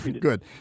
Good